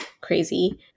crazy